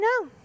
no